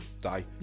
die